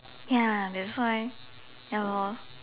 ya that's why ya lor